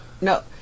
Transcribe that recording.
No